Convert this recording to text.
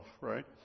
right